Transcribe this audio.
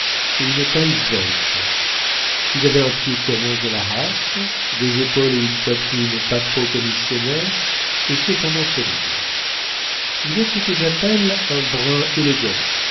et une taille svelte vous avez un pied qui annonce de la race des épaules et une poitrine pas trop commissionnaires et cependant solides vous êtes ce que j'appelle un brun élégant